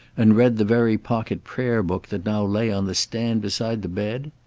and read the very pocket prayer-book that now lay on the stand beside the bed?